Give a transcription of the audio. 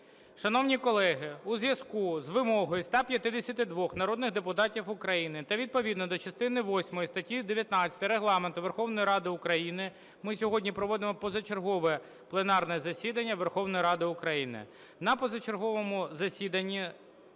Шановні колеги, у зв'язку з вимогою 152 народних депутатів України та відповідно до частини восьмої статті 19 Регламенту Верховної Ради України ми сьогодні проводимо позачергове пленарне засідання Верховної Ради України.